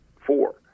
four